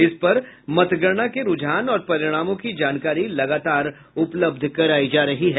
इस पर मतगणना के रूझान और परिणामों की जानकारी लगातार उपलब्ध करायी जा रही है